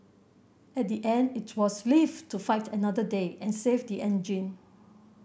at the end it was live to fight another day and save the engine